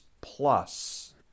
plus